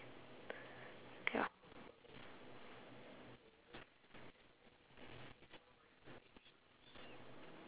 ya